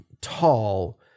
tall